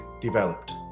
developed